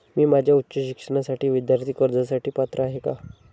मी माझ्या उच्च शिक्षणासाठी विद्यार्थी कर्जासाठी पात्र आहे का?